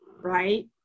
right